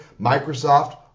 Microsoft